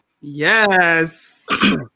Yes